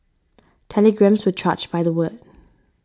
telegrams were charged by the word